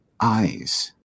eyes